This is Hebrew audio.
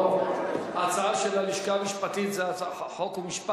אם כן, רבותי, ההצעה לסדר-היום תועבר לוועדת חוקה,